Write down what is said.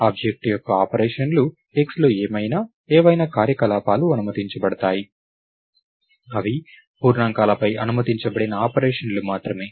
object యొక్క ఆపరేషన్లు xలో ఏమైనా ఏవైనా కార్యకలాపాలు అనుమతించబడతాయి అవి పూర్ణాంకాలపై అనుమతించబడిన ఆపరేషన్లు మాత్రమే